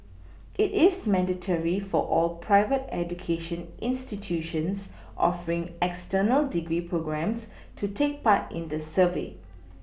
it is mandatory for all private education institutions offering external degree programmes to take part in the survey